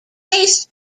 taste